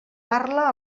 parla